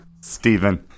Stephen